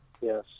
Yes